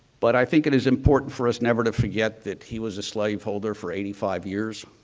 but i think it is important for us never to forget that he was a slave holder for eighty five years.